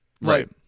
Right